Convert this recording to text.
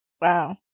Wow